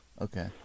Okay